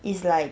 is like